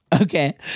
Okay